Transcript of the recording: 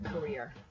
career